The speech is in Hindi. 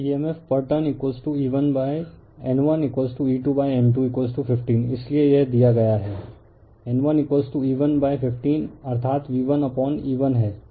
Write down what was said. रिफर स्लाइड टाइम 0050 तो emf पर turn E1 N1 E2 N215 इसलिए यह दिया गया है N1E115 अर्थात V1अपॉन E1 है